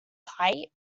pipe